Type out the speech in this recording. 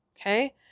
Okay